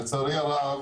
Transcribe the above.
לצערי הרב